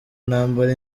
nambara